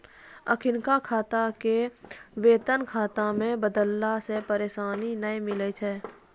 अखिनका खाता के वेतन खाता मे नै बदलला से पेंशन नै मिलै छै